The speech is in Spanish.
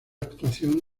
actuación